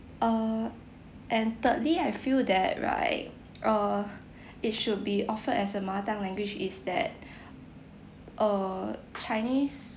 err and thirdly I feel that right err it should be offered as a mother tongue language is that err chinese